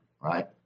right